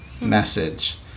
message